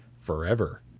forever